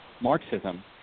Marxism